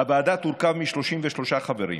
הוועדה תורכב מ-33 חברים,